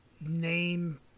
name